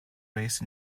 raised